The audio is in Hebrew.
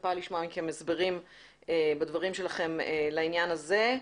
מצפה לשמוע הסברים בדבריכם לעניין זה.